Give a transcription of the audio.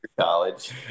college